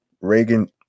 Reagan